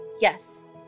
Yes